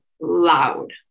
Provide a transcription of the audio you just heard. loud